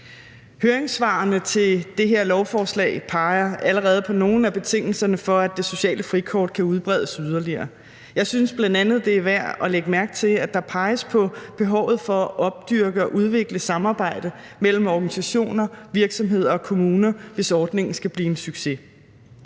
Høringssvarene til det her lovforslag peger allerede på nogle af betingelserne for, at det sociale frikort kan udbredes yderligere. Jeg synes bl.a., det er værd at lægge mærke til, at der peges på behovet for at opdyrke og udvikle et samarbejde mellem organisationer, virksomheder og kommuner, hvis ordningen skal blive en succes.